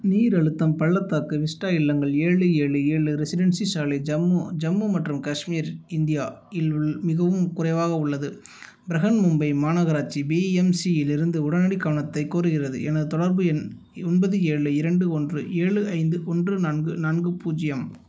நீர் அழுத்தம் பள்ளத்தாக்கு விஸ்டா இல்லங்கள் ஏழு ஏழு ஏழு ரெசிடென்சி சாலை ஜம்மு ஜம்மு மற்றும் காஷ்மீர் இந்தியாவில் உள் மிகவும் குறைவாக உள்ளது பிரஹன் மும்பை மாநகராட்சி பிஎம்சியிலிருந்து உடனடி கவனத்தைக் கூறுகிறது எனது தொடர்பு எண் இ ஒன்பது ஏழு இரண்டு ஒன்று ஏழு ஐந்து ஒன்று நான்கு நான்கு பூஜ்ஜியம்